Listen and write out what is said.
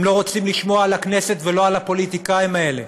הם לא רוצים לשמוע על הכנסת ולא על הפוליטיקאים האלה.